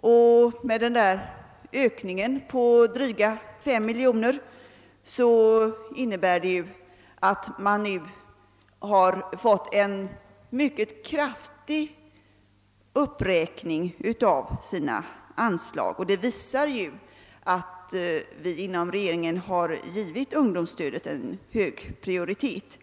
kronor, och ökningen med drygt 5 miljoner kronor måste alltså betecknas som mycket kraftig. Uppräkningen av anslagen visar att vi inom regeringen har givit ungdomsstödet hög prioritet.